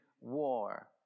war